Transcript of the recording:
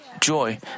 joy